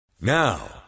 Now